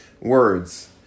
words